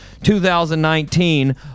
2019